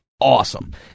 awesome